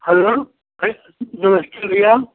hello नमस्ते भैया